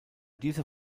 dieser